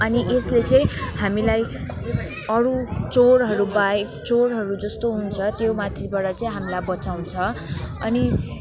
अनि यसले चाहिँ हामीलाई अरू चोरहरूबाहेक चोरहरू जस्तो हुन्छ त्यो माथिबाट चाहिँ हामीलाई बचाउँछ अनि